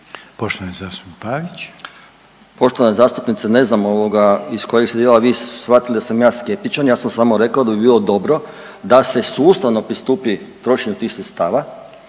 Poštovana zastupnice ne znam iz kojeg ste vi dijela shvatili da sam ja skeptičan, ja sam samo rekao da bi bilo dobro da se sustavno pristupi trošenju tih sredstava